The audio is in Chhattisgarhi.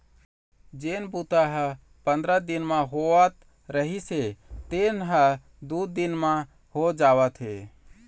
जेन बूता ह पंदरा दिन म होवत रिहिस हे तेन ह दू दिन म हो जावत हे